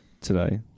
today